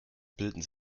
bilden